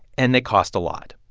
and they cost a lot.